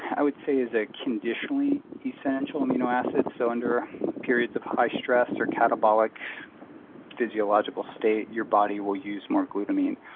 i would say, is a conditionally essential amino acid, so under periods of high stress or catabolic physiological state, your body will use more glutamine.